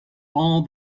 all